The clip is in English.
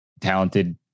talented